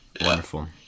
Wonderful